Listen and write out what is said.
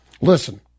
Listen